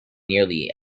nearly